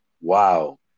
Wow